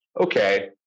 okay